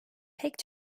pek